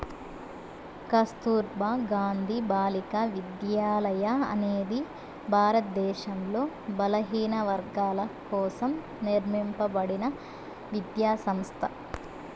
కస్తుర్బా గాంధీ బాలికా విద్యాలయ అనేది భారతదేశంలో బలహీనవర్గాల కోసం నిర్మింపబడిన విద్యా సంస్థ